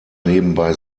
nebenbei